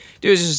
dude